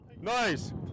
Nice